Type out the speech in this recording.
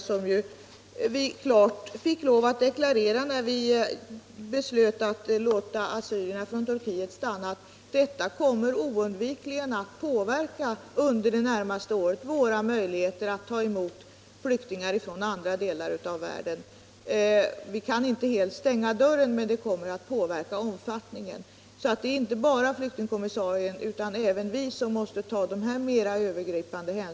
Vi fick ju lov att klart deklarera, när vi beslöt att låta assyrierna från Turkiet stanna, att detta oundvikligen under det närmaste året påverkar våra möjligheter att ta emot flyktingar från andra delar av världen.